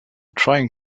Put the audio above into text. trying